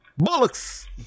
Bollocks